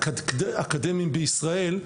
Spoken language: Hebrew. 150 ומשהו מוסדות אקדמיים בישראל,